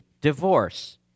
divorce